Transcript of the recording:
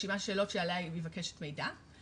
רשימת שאלות שעליה היא מבקשת מידע.